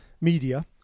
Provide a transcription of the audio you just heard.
media